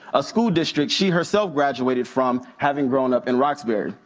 a school district she herself graduated from having grown up in roxbury,